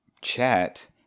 chat